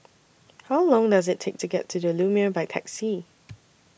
How Long Does IT Take to get to The Lumiere By Taxi